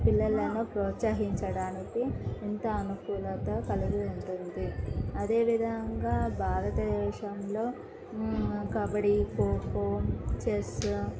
పిల్లలను ప్రోత్సహించడానికి ఎంత అనుకూలత కలిగి ఉంటుంది అదేవిధంగా భారతదేశంలో కబడ్డీ ఖోఖో చెస్